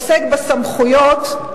עוסק בסמכויות,